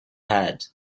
had